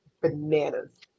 bananas